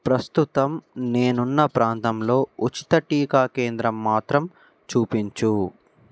ప్రస్తుతం నేనున్న ప్రాంతంలో ఉచిత టీకా కేంద్రం మాత్రం చూపించు